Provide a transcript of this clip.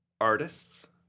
artists